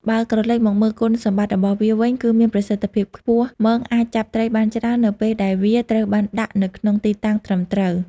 បើក្រឡេកមកមើលគុណសម្បត្តិរបស់វាវិញ គឺមានប្រសិទ្ធភាពខ្ពស់ មងអាចចាប់ត្រីបានច្រើននៅពេលដែលវាត្រូវបានដាក់នៅក្នុងទីតាំងត្រឹមត្រូវ។